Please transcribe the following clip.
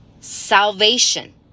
salvation